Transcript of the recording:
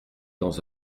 dans